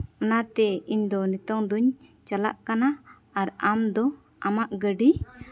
ᱚᱱᱟᱛᱮ ᱤᱧᱫᱚ ᱱᱤᱛᱚᱝ ᱫᱩᱧ ᱪᱟᱞᱟᱜ ᱠᱟᱱᱟ ᱟᱨ ᱟᱢ ᱫᱚ ᱟᱢᱟᱜ ᱜᱟᱹᱰᱤ